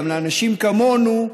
גם לאנשים כמונו,